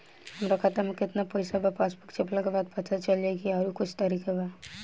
हमरा खाता में केतना पइसा बा पासबुक छपला के बाद पता चल जाई कि आउर कुछ तरिका बा?